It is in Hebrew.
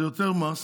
זה יותר מס